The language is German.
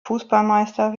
fußballmeister